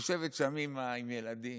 יושבת שם אימא עם ילדים,